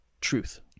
truth